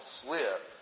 slip